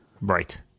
right